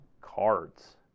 cards